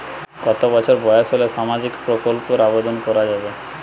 কত বছর বয়স হলে সামাজিক প্রকল্পর আবেদন করযাবে?